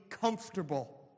comfortable